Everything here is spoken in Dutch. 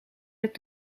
het